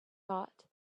thought